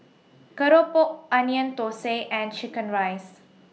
Keropok Onion Thosai and Chicken Rice